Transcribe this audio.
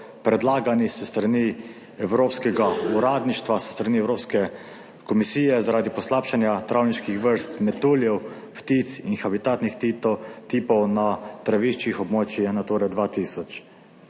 predlagani s strani evropskega uradništva, s strani Evropske komisije zaradi poslabšanja travniških vrst, metuljev, ptic in habitatnih tipov na traviščih območja Nature